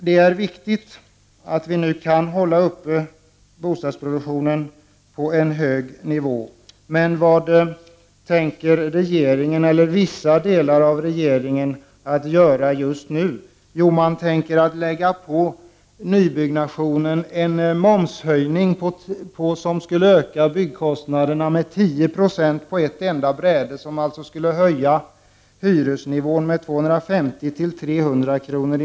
Det är viktigt att vi nu kan hålla bostadsproduktionen uppe på en hög nivå, men vad tänker regeringen eller vissa delar av regeringen göra just nu? Jo, man tänker på nybyggnationen lägga en momshöjning som på ett bräde skulle öka byggkostnaderna med 10 96, vilket skulle höja hyresnivån med 250—300 kr.